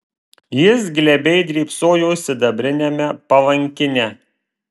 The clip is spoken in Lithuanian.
jis glebiai drybsojo sidabriniame palankine